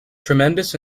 tremendous